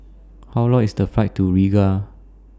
How Long IS The Flight to Riga